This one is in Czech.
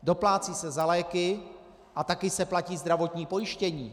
Doplácí se za léky a také se platí zdravotní pojištění.